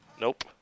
Nope